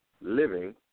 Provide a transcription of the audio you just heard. living